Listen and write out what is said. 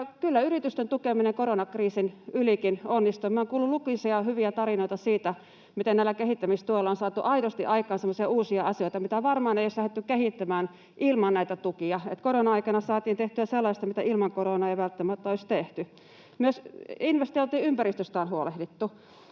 yritysten tukeminen koronakriisin ylikin onnistui. Minä olen kuullut lukuisia hyviä tarinoita siitä, miten näillä kehittämistuilla on saatu aidosti aikaan semmoisia uusia asioita, mitä varmaan ei olisi lähdetty kehittämään ilman näitä tukia, niin että korona-aikana saatiin tehtyä sellaista, mitä ilman koronaa ei välttämättä olisi tehty. Myös investointiympäristöstä on huolehdittu.